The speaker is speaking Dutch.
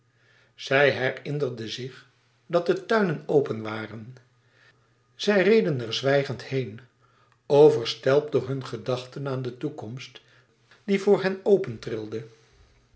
zij herinnerde zich dat de tuinen open waren zij reden er zwijgend heen overstelpt door hunne gedachten aan de toekomst die voor hen